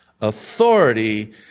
Authority